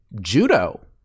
judo